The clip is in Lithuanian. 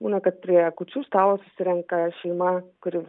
būna kad prie kūčių stalo susirenka šeima kuri